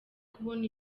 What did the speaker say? kubona